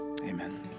Amen